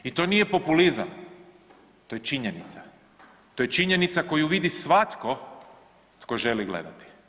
I to nije populizam, to je činjenica, to je činjenica koju vidi svatko tko želi gledati.